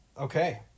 okay